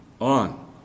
on